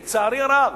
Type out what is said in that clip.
לצערי הרב,